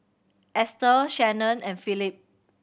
Estel Shanon and Phillip